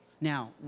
Now